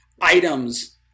items